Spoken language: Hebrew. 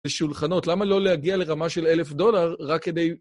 לשולחנות, למה לא להגיע לרמה של אלף דולר רק כדי...